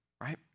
Right